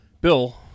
bill